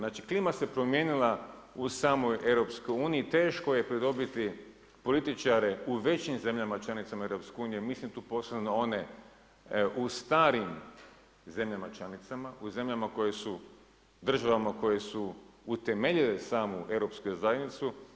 Znači klima se promijenila u samoj EU i teško je pridobiti političare u većim zemljama članicama EU, mislim tu posebno na one u starim zemljama članicama u zemljama koje su državama koje su utemeljile samu Europsku zajednicu.